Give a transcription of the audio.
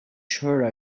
sure